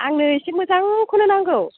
आंनो एसे मोजांखौनो नांगौ